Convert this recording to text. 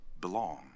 belong